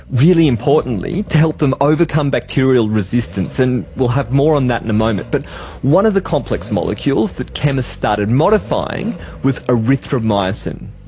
really importantly, to help them overcome bacterial resistance. and we'll have more on that in a moment. but one of the complex molecules that chemists started modifying was erythromycin.